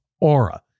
Aura